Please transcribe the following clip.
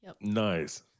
nice